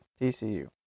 TCU